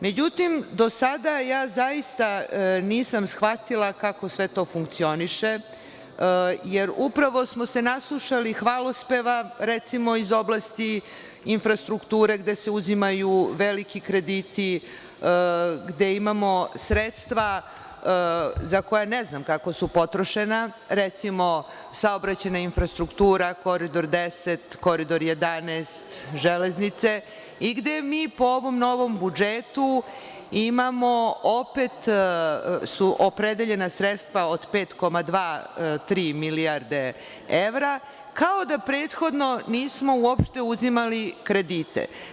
Međutim, do sada ja zaista nisam shvatila kako sve to funkcioniše, jer upravo smo se naslušali hvalospeva, recimo, iz oblasti infrastrukture, gde se uzimaju veliki krediti, gde imamo sredstva za koja ne znam kako su potrošena, recimo, saobraćajna infrastruktura, Koridor 10, Koridor 11, železnice i gde mi po ovom novom budžetu imamo opet opredeljena sredstva od 5,2-5,3 milijarde evra, kao da prethodno nismo uopšte uzimali kredite.